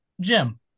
Jim